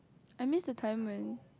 I miss the time when